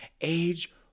Age